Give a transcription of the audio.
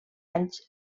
anys